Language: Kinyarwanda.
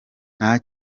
nta